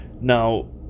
now